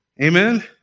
Amen